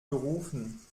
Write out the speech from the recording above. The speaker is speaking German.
gerufen